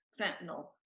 fentanyl